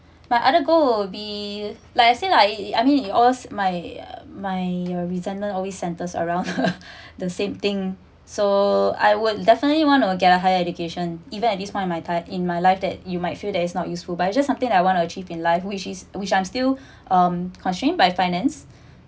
my other goal will be like I say lah I mean you all my my sesentment always centers around the same thing so I would definitely want to get a higher education even at this point in my time in my life that you might feel that it's not useful but just something I want to achieve in life which is which I'm still um I'm constrained by finance